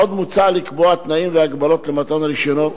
עוד מוצע לקבוע תנאים והגבלות למתן רשיונות,